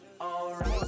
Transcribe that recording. Alright